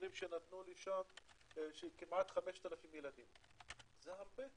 הנתונים שנתנו שכמעט 5,000 ילדים, זה הרבה,